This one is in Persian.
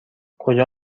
کجا